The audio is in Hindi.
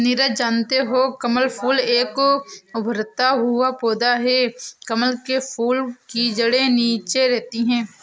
नीरज जानते हो कमल फूल एक उभरता हुआ पौधा है कमल के फूल की जड़े नीचे रहती है